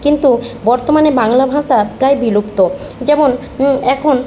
কিন্তু বর্তমানে বাংলা ভাষা প্রায় বিলুপ্ত যেমন এখন